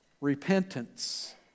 repentance